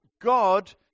God